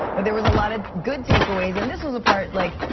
but there was a lot of good takeaways. and this was a part, like,